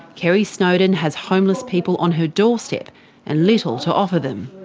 kerri snowdon has homeless people on her doorstep and little to offer them.